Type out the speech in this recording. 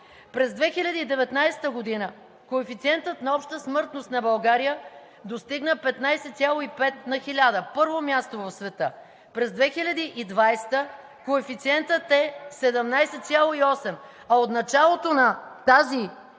През 2019 г. коефициентът на обща смъртност на България достигна 15,5 на хиляда – първо място в света. През 2020 г. коефициентът е 17,8, а от началото на тази